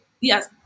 yes